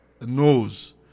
knows